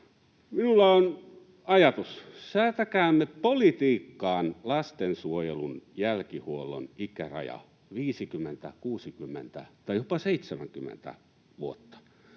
Minulla on ajatus: säätäkäämme politiikkaan lastensuojelun jälkihuollon ikäraja, 50, 60 tai jopa 70 vuotta.